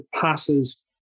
passes